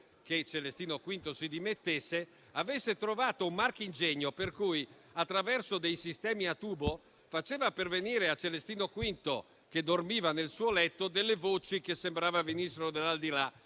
che Celestino V si dimettesse, avesse trovato un marchingegno per cui, attraverso dei sistemi a tubo, faceva pervenire a Celestino V, mentre dormiva nel suo letto, delle voci che sembrava venissero dall'aldilà